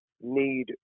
need